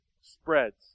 spreads